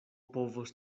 povos